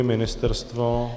Ministerstvo?